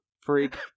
freak